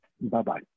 Bye-bye